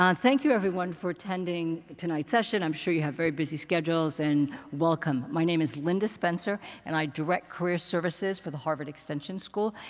um thank you, everyone, for attending tonight's session. i'm sure you have very busy schedules, and welcome. my name is linda spencer. and i direct career services for the harvard extension school.